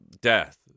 death